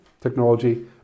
technology